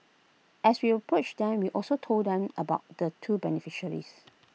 as we approached them we also told them about the two beneficiaries